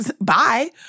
bye